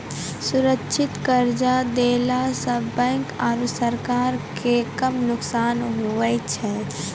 सुरक्षित कर्जा देला सं बैंको आरू सरकारो के कम नुकसान हुवै छै